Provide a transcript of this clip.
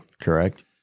correct